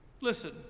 Listen